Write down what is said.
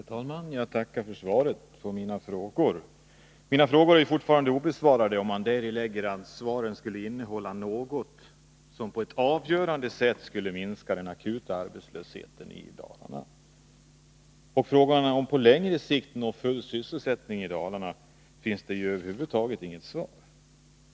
Herr talman! Jag tackar för svaret på mina frågor. De är fortfarande obesvarade, om man ställer upp kravet att svaret skulle innehålla besked om något som på ett avgörande sätt skulle minska den akuta arbetslösheten i Dalarna. På frågan om man på längre sikt kan uppnå full sysselsättning i Dalarna finns över huvud taget inget svar.